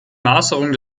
maserung